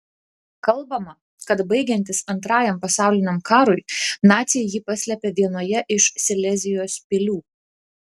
kalbama kad baigiantis antrajam pasauliniam karui naciai jį paslėpė vienoje iš silezijos pilių